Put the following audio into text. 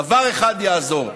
דבר אחד יעזור,